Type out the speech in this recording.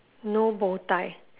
no bowtie